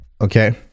okay